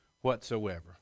whatsoever